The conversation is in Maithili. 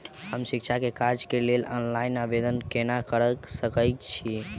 हम शिक्षा केँ कर्जा केँ लेल ऑनलाइन आवेदन केना करऽ सकल छीयै?